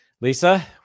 Lisa